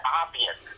obvious